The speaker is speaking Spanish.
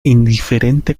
indiferente